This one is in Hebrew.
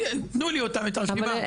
תנו לי אותם את הרשימה.